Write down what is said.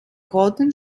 roten